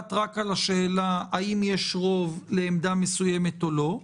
נקבעת רק על השאלה האם יש רוב לעמדה מסוימת או לא,